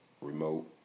remote